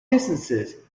distances